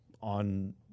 on